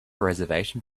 reservation